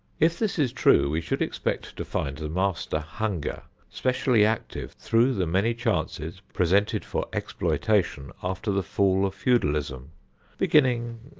if this is true, we should expect to find the master hunger specially active through the many chances presented for exploitation after the fall of feudalism beginning,